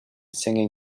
singing